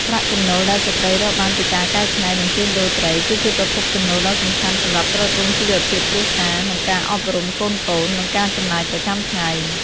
ប្រាក់ចំណូលដែលស្ត្រីរកបានពីការកែច្នៃ និងជួញដូរត្រី គឺជាប្រភពចំណូលដ៏សំខាន់សម្រាប់ទ្រទ្រង់ជីវភាពគ្រួសារ ការអប់រំកូនៗ និងការចំណាយប្រចាំថ្ងៃ។